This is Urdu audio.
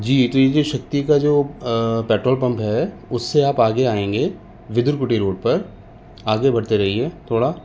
جی یہ تو یہ جو شکتی کا جو پٹرول پمپ ہے اس سے آپ آگے آئیں گے ودر کوٹی روڈ پر آگے بڑھتے رہیے تھوڑا